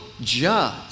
judge